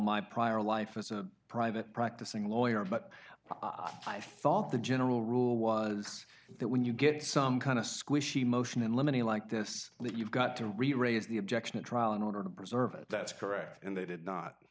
my prior life as a private practicing lawyer but i thought the general rule was that when you get some kind of squishy motion in limine like this you've got to reraise the objection at trial in order to preserve it that's correct and they did not